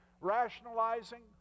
rationalizing